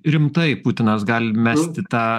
rimtai putinas gali mesti tą